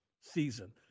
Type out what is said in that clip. season